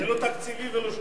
זה לא תקציבי ולא שום דבר.